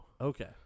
Okay